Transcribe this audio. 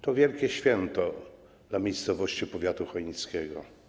To wielkie święto dla miejscowości powiatu chojnickiego.